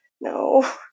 no